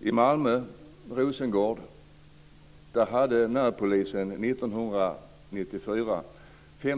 1994.